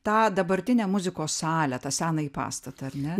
tą dabartinę muzikos salę tą senąjį pastatą ar ne